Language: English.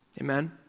Amen